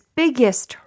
biggest